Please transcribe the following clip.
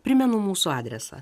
primenu mūsų adresą